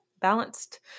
balanced